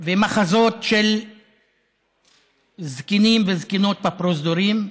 ומחזות של זקנים וזקנות בפרוזדורים,